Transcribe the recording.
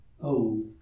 old